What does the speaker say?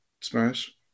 Smash